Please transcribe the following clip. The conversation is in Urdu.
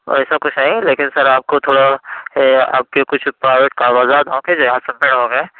ویسا کچھ نہیں لیکن سر آپ کو تھوڑا ہے آپ کے کچھ پرائیوٹ کاغذات ہوں گے جو یہاں سبمٹ ہوں گے